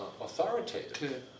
authoritative